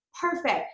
perfect